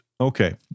okay